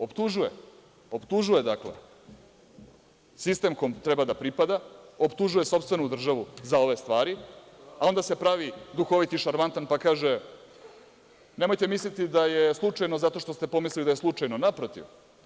Optužuje, optužuje, dakle, sistem kom treba da pripada, optužuje sopstvenu državu za ove stvari, a onda se pravi duhovit i šarmantan, pa kaže – nemojte misliti da je slučajno zato što ste pomislili da je slučajno, naprotiv.